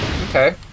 Okay